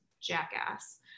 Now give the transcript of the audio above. jackass